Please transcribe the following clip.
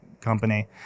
company